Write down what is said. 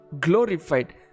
glorified